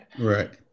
Right